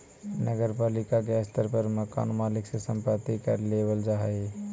नगर पालिका के स्तर पर मकान मालिक से संपत्ति कर लेबल जा हई